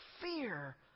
fear